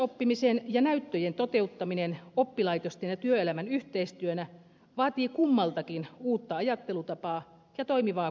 työssäoppimisen ja näyttöjen toteuttaminen oppilaitosten ja työelämän yhteistyönä vaatii kummaltakin osapuolelta uutta ajattelutapaa ja toimivaa kumppanuutta